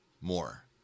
more